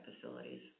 facilities